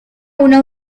una